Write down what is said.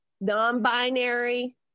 non-binary